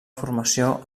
formació